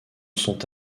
sont